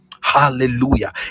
Hallelujah